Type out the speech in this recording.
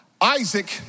Isaac